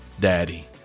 daddy